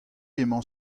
emañ